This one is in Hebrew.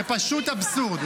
זה פשוט אבסורד.